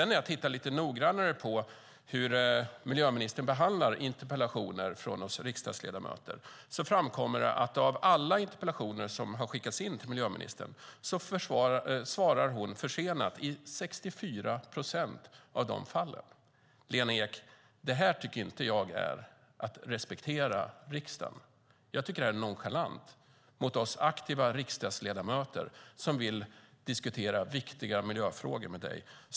När jag tittar lite noggrannare på hur miljöministern behandlar interpellationer från oss riksdagsledamöter framkommer det att miljöministern svarar försenat på 64 procent av alla interpellationer som har skickats in till henne. Lena Ek! Det här tycker inte jag är att respektera riksdagen. Jag tycker att det är nonchalant mot oss aktiva riksdagsledamöter, som vill diskutera viktiga miljöfrågor med dig.